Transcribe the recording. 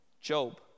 Job